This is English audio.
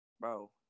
Bro